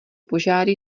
požáry